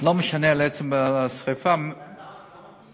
לא משנה לעצם השרפה, למה פלילי?